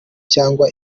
cyangwa